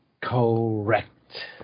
Correct